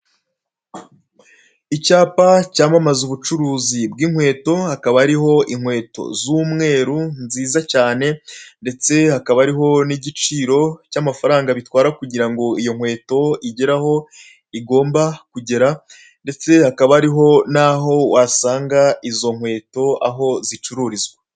Icyapa cyamamaza ubucuruzi bw'inkweto hakaba hariho inkweto z'umweru nziza cyane, ndetse hakaba hariho n'igiciro cy'amafaranga bitwara kugirango iyo nkweto igere aho igomba kugera, ndetse hakaba hariho n'aho wasanga izo nkweto aho zicururizwa.